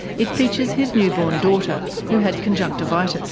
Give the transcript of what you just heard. it features his newborn daughter, who had conjunctivitis.